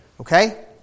Okay